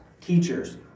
teachers